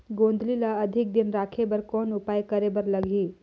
गोंदली ल अधिक दिन राखे बर कौन उपाय करे बर लगही?